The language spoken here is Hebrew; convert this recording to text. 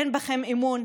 אין בכם אמון.